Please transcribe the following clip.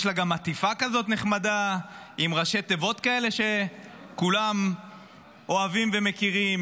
יש לה גם עטיפה כזאת נחמדה עם ראשי תיבות כאלה שכולם אוהבים ומכירים.